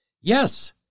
yes